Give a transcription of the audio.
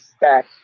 back